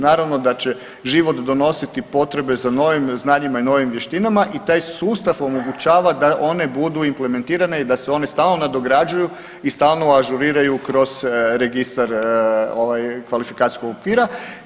Naravno da će život donositi potrebe za novim znanjima i novim vještinama i taj sustav omogućava da one budu implementirane i da se one stalno nadograđuju i stalno ažuriraju kroz registar ovaj kvalifikacijskog okvira.